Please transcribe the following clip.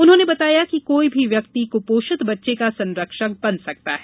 उन्होंने बताया कि कोई भी व्यक्ति कुपोषित बच्चे का संरक्षक बन सकता है